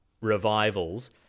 revivals